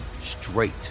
straight